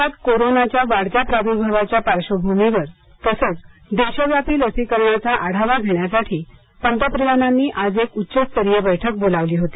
देशात कोरोनाच्या वाढत्या प्रादुर्भावाच्या पार्श्वभूमीवर तसंच देशव्यापी लसीकरणाचा आढावा घेण्यासाठी पंतप्रधानांनी आज एक उच्चस्तरीय बैठक बोलावली होती